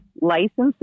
licenses